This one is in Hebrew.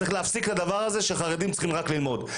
צריך להפסיק את הדבר הזה שחרדים צריכים רק ללמוד,